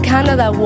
Canada